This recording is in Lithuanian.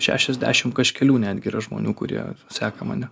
šešiasdešim kažkelių netgi yra žmonių kurie seka mane